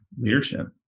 leadership